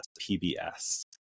PBS